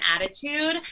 attitude